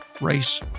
race